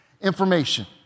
information